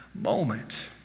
moment